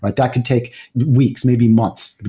but that could take weeks, maybe months,